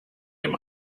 dem